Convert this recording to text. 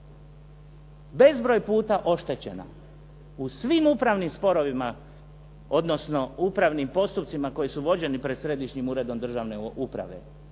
bezbroj puta oštećena u svim upravnim sporovima, odnosno upravnim postupcima koji su vođeni pred Središnjim uredom državne uprave